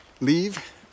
leave